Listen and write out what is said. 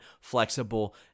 flexible